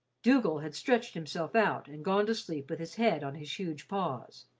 dougal had stretched himself out and gone to sleep with his head on his huge paws.